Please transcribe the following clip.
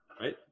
right